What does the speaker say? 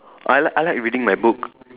I like I like reading my book